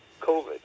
COVID